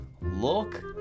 Look